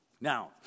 Now